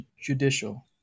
judicial